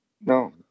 no